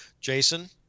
Jason